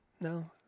No